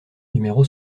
numéro